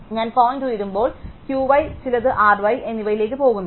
അതിനാൽ ഞാൻ പോയിന്റ് ഉയരുമ്പോൾ Q y ചിലത് R y എന്നിവയിലേക്ക് പോകുന്നു